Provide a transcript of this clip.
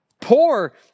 Poor